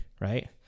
right